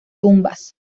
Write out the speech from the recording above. tumbas